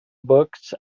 books